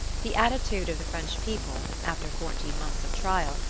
the attitude of the french people, after fourteen months of trial,